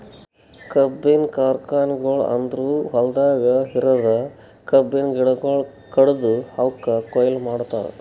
ಕಬ್ಬಿನ ಕಾರ್ಖಾನೆಗೊಳ್ ಅಂದುರ್ ಹೊಲ್ದಾಗ್ ಇರದ್ ಕಬ್ಬಿನ ಗಿಡಗೊಳ್ ಕಡ್ದು ಅವುಕ್ ಕೊಯ್ಲಿ ಮಾಡ್ತಾರ್